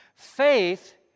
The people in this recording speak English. Faith